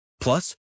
Plus